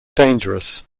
dangerous